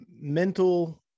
mental